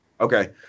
okay